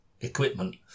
equipment